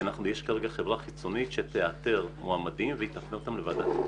אנחנו פנינו לחברה חיצונית שתאתר מועמדים ותפנה אותם לוועדת איתור.